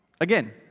Again